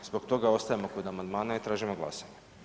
Zbog toga ostajemo kod amandmana i tražimo glasanje.